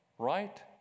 right